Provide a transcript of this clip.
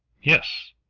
yes!